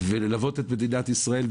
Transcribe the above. וללוות את מדינת ישראל.